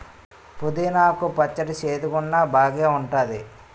పుదీనా కు పచ్చడి సేదుగున్నా బాగేఉంటాది